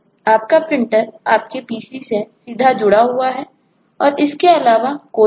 आपका Printer आपके PC से सीधे जुड़ा हुआ है और इसके अलावा कोई नहीं है